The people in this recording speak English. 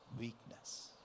weakness